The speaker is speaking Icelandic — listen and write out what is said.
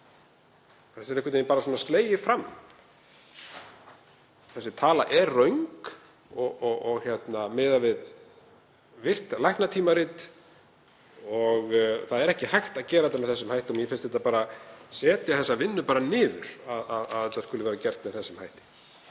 Þessu er einhvern veginn bara slegið fram. Þessi tala er röng miðað við virt læknatímarit og það er ekki hægt að gera þetta með þessum hætti og mér finnst það setja þessa vinnu niður að þetta skuli vera gert með þessum hætti.